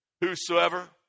Whosoever